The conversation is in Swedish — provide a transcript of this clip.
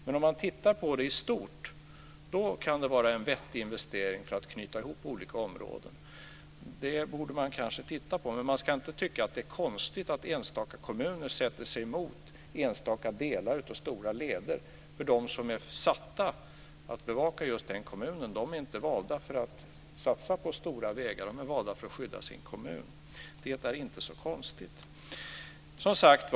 Men om man tittar på det i stort kan det vara en vettig investering för att knyta ihop olika områden. Man borde kanske titta på detta. Men man ska inte tycka att det är konstigt att enstaka kommuner sätter sig emot enstaka delar av stora leder. De som är satta att bevaka just den kommunen är inte valda för att satsa på stora vägar. De är valda för att skydda sin kommun. Det är inte så konstigt.